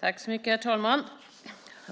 Herr talman!